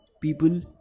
People